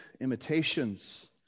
imitations